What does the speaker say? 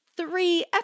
three